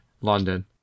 London